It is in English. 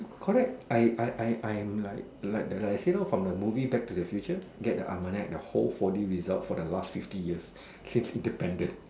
correct I I I am like like actually you know the movie back to the future get the almanac the whole four D result for the last fifty years since independent